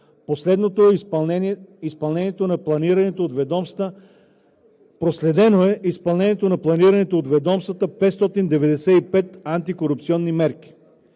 Проследено е изпълнението на планираните от ведомствата 595 антикорупционни мерки.